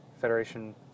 Federation